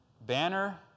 banner